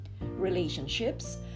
relationships